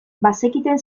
bazekiten